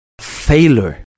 failure